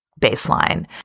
baseline